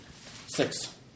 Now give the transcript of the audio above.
Six